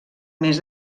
mes